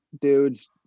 dudes